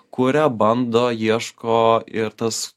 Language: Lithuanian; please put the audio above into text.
kuria bando ieško ir tas